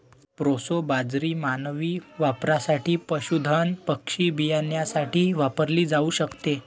proso बाजरी मानवी वापरासाठी, पशुधन पक्षी बियाण्यासाठी वापरली जाऊ शकते